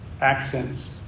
accents